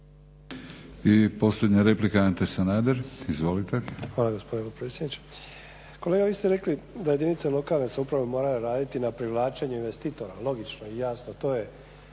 I posljednja replika, Ante Sanader. Izvolite. **Sanader, Ante (HDZ)** Hvala potpredsjedniče. Kolega vi ste rekli da jedinice lokalne samouprave moraju raditi na privlačenju investitora, logično i jasno, to je